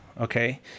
okay